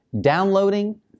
downloading